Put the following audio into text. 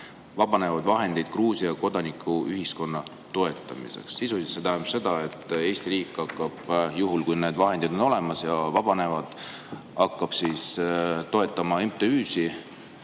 vabanevaid vahendeid Gruusia kodanikuühiskonna toetamiseks […]" Sisuliselt see tähendab seda, et Eesti riik hakkab juhul, kui need vahendid on olemas ja vabanevad, toetama MTÜ‑sid.